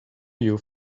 you